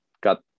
got